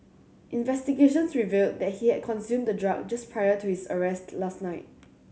investigations revealed that he had consumed the drug just prior to his arrest last night